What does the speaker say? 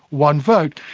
one vote.